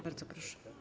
Bardzo proszę.